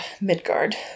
Midgard